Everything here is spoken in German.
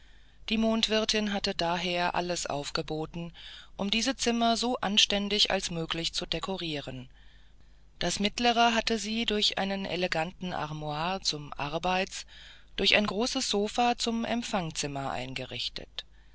die mondwirtin hatte daher alles aufgeboten um diese zimmer so anständig als möglich zu dekorieren das mittlere hatte sie durch einen eleganten armoir zum arbeits durch ein großes sofa zum empfangzimmer eingerichtet